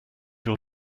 your